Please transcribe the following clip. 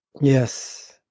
Yes